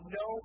no